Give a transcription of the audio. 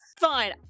Fine